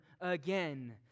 again